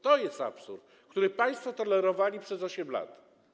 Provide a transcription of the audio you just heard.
To jest absurd, który państwo tolerowali przez 8 lat.